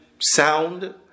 sound